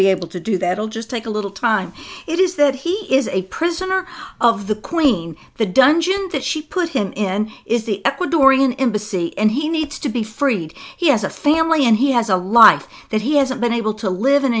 be able to do that will just take a little time it is that he is a prisoner of the queen the dungeon that she put him in is the ecuadorian embassy and he needs to be freed he has a family and he has a life that he hasn't been able to live and